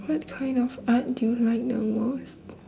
what kind of art do you like the most